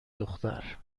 دختر